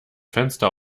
fenster